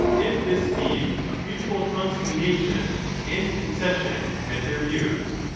if this scheme of mutual con ciliation and concession met their views.